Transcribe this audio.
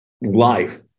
life